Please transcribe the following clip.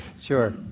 Sure